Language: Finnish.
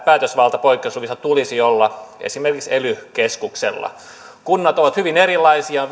päätösvallan poikkeusluvissa tulisi olla esimerkiksi ely keskuksella kunnat ovat hyvin erilaisia